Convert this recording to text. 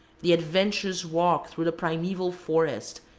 the adventurous walk through the primeval forest,